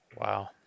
Wow